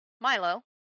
Milo